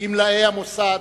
גמלאי המוסד,